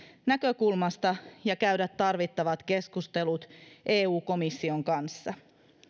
näkökulmasta ja käydä tarvittavat keskustelut eu komission kanssa